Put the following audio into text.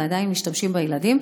ועדיין משתמשים בילדים,